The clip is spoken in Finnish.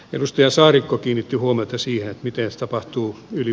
edustaja saarikko kiinnitti huomiota siihen miten se tapahtuu yli